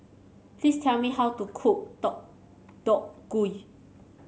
please tell me how to cook Deodeok Gui